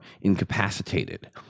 incapacitated